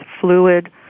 fluid